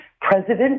president